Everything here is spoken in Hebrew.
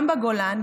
גם בגולן,